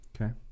Okay